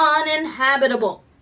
uninhabitable